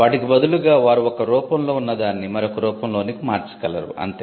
వాటికి బదులుగా వారు ఒక రూపంలో ఉన్న దాన్ని మరొక రూపం లోనికి మార్చగలరు అంతే